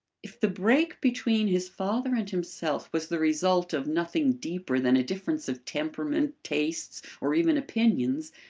if the break between his father and himself was the result of nothing deeper than a difference of temperament, tastes or even opinions,